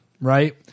right